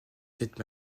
sept